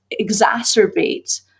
exacerbate